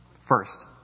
First